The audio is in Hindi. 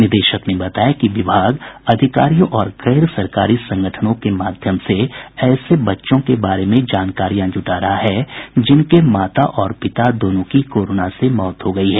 निदेशक ने बताया कि विभाग अधिकारियों और गैर सरकारी संगठनों के माध्यम से ऐसे बच्चों के बारे में जानकारियां जुटा रहा है जिन बच्चों के माता और पिता दोनों की कोरोना से मौत हो गयी है